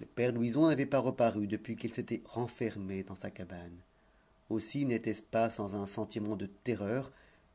le père louison n'avait pas reparu depuis qu'il s'était renfermé dans sa cabane aussi n'était-ce pas sans un sentiment de terreur